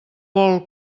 vol